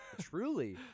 Truly